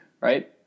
right